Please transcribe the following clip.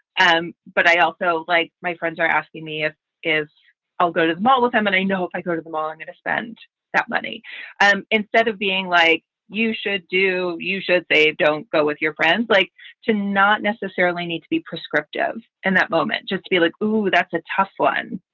and but i also like my friends are asking me if is i'll go to the mall with them. and i know if i go to the mall, i'm going and to spend that money and instead of being like you should do, you should say, don't go with your friends. like to not necessarily need to be prescriptive in that moment just to be like, oh, that's a tough one.